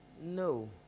No